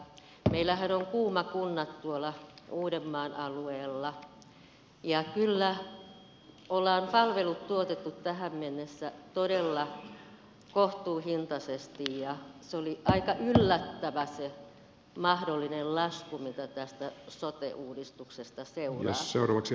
meillähän on kuuma kunnat tuolla uudenmaan alueella ja kyllä olemme palvelut tuottaneet tähän mennessä todella kohtuuhintaisesti ja oli aika yllättävä se mahdollinen lasku mitä tästä sote uudistuksesta seuraa